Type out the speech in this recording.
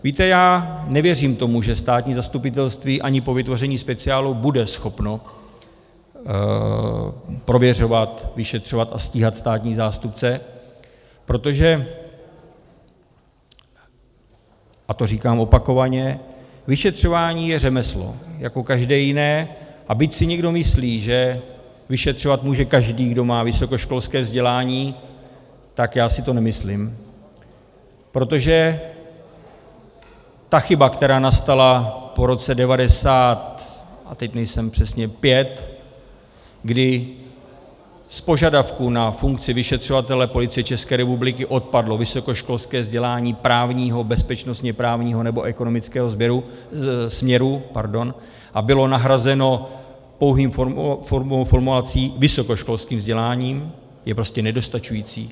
Víte, já nevěřím tomu, že státní zastupitelství ani po vytvoření speciálu bude schopno prověřovat, vyšetřovat a stíhat státní zástupce, protože, a to říkám opakovaně, vyšetřování je řemeslo jako každé jiné, a byť si někdo myslí, že vyšetřovat může každý, kdo má vysokoškolské vzdělání, tak já si to nemyslím, protože ta chyba, která nastala po roce devadesát a teď nevím přesně pět, kdy z požadavků na funkci vyšetřovatele PČR odpadlo vysokoškolské vzdělání právního, bezpečnostně právního nebo ekonomického směru a bylo nahrazeno pouhou formulací vysokoškolským vzděláním, je prostě nedostačující.